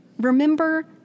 remember